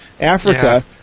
Africa